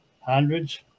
hundreds